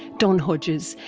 don hodges,